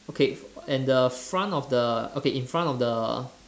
okay and the front of the okay in front of the